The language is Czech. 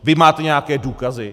Vy máte nějaké důkazy?